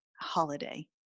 holiday